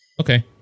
Okay